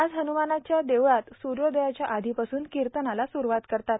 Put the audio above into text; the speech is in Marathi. आज हनुमानाच्या देवळात सूर्योदयाच्या आधीपासून कीर्तनाला सुरवात करतात